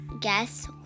guess